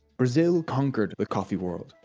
brasil conquered the coffee world.